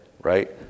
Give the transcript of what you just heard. right